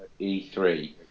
E3